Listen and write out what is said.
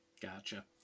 Gotcha